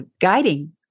guiding